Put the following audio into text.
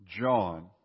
John